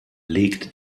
legt